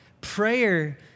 prayer